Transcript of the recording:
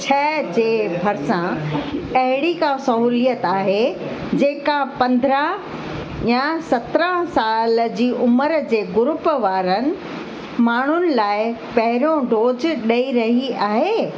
छह ते भरिसां अहिड़ी का सहूलियत आहे जेका पंद्रहं यां सत्रहं साल जी उमिरि जे ग्रूप वारनि माण्हूनि लाइ पहिरियों डोज ॾई रही आहे